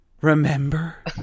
Remember